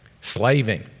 slaving